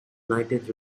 united